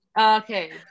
Okay